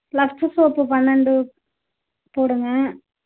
Lux soap பன்னெண்டுப் போடுங்கள்